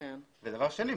ודבר שני,